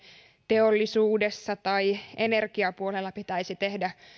teollisuudessa tai energiapuolella pitäisi tehdä